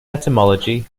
etymology